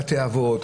בבתי אבות,